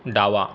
डावा